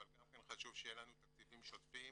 אבל גם כן חשוב שיהיה לנו תקציבים שוטפים